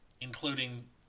including